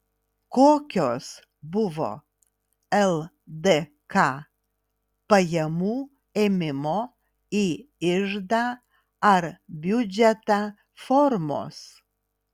kokios buvo ldk pajamų ėmimo į iždą ar biudžetą formos